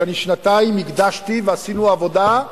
ששנתיים הקדשתי ועשינו עבודה,